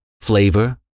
flavor